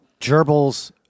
gerbils